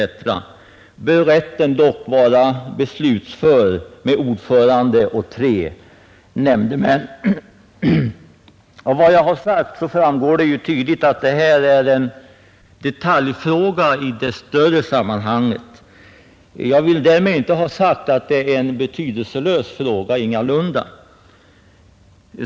— ”bör rätten dock vara beslutför med ordförande och tre nämndemän.” Av vad jag har sagt framgår tydligt att detta är en detaljfråga i det större sammanhanget. Jag vill därmed inte säga att det är en betydelselös fråga — ingalunda.